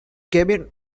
cabin